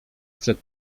przed